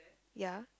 ya